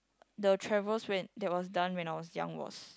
the travels when that was done when I was young was